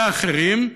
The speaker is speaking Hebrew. ואחרים.